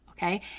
Okay